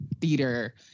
theater